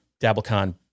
DabbleCon